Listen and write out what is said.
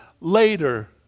Later